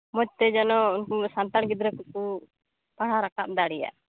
ᱢᱚᱡᱽᱛᱮ ᱡᱮᱱᱚ ᱥᱟᱱᱛᱟᱲ ᱜᱤᱫᱽᱨᱟᱹ ᱠᱚᱠᱚ ᱯᱟᱲᱦᱟᱜ ᱨᱟᱠᱟᱵ ᱫᱟᱲᱮᱭᱟᱜ